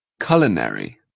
Culinary